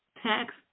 tax